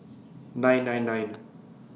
nine nine nine